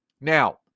Now